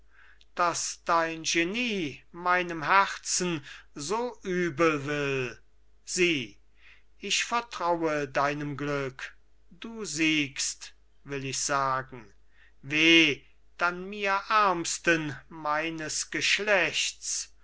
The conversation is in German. daß dein genie meinem herzen so übelwill sieh ich vertraue deinem glück du siegst will ich sagen weh dann mir ärmsten meines geschlechts